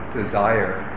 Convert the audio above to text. desire